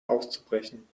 auszubrechen